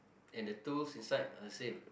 and the tools inside are the same